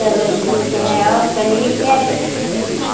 चलो ठीक है और पनीर क्या रेट से